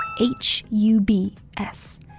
H-U-B-S